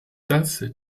das